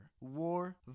war